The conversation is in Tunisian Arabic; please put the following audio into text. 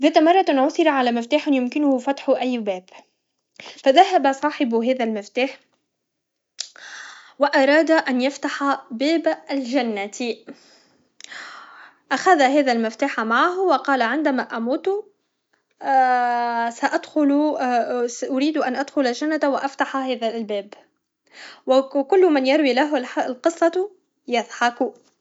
ذات مرة، عُثر على مفتاح يمكنه فتح أي باب فذهب صاحب هذا المفتاح و أراد ان يفتح باب الجنة اخذ هذا المفتاح معه و قال عندما اموت سادخل ساريد ان ادخل الجنة و افتح هذا الباب و كل من يروي له القصة يضحك